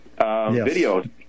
videos